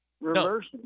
reversing